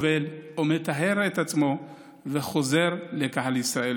שם הוא טובל או מטהר את עצמו וחוזר שוב לקהל ישראל.